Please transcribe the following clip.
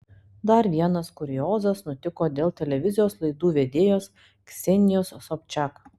dar vienas kuriozas nutiko dėl televizijos laidų vedėjos ksenijos sobčiak